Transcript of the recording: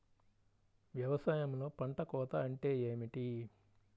వ్యవసాయంలో పంట కోత అంటే ఏమిటి?